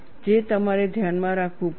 જે તમારે ધ્યાનમાં રાખવું પડશે